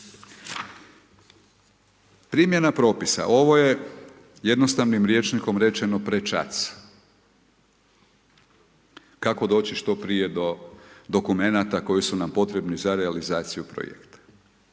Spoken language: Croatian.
Primjena propisa, ovo je jednostavnim rječnikom rečeno prečac, kako doći što prije do dokumenata koji su nam potrebni za realizaciju projekata.